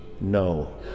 no